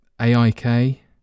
AIK